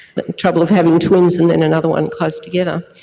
the trouble of having twins and then another one close together.